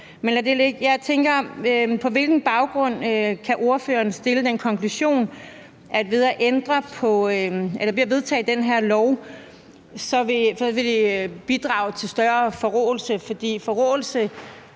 Men lad det ligge. På hvilken baggrund kan ordføreren drage den konklusion, at ved at vedtage det her lovforslag, vil det bidrage til større forråelse? For forråelse